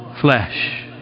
flesh